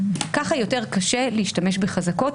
כך יותר קשה להשתמש בחזקות,